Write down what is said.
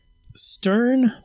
Stern